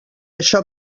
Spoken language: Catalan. això